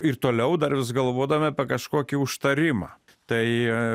ir toliau dar vis galvodami apie kažkokį užtarimą tai